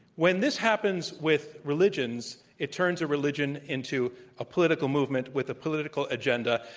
when this happens with religions, it turns a religion into a political movement with a political agenda.